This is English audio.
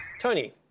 Tony